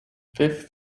fifth